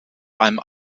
einem